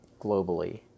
globally